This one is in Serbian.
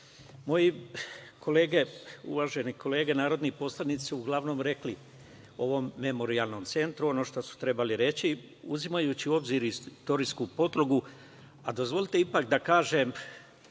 Srbije. Moje uvažene kolege, narodni poslanici, uglavnom su rekli o ovom Memorijalnom centru, ono što su trebali reći, uzimajući u obzir istorijsku poprugu, a dozvolite ipak da kažem